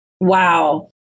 Wow